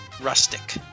rustic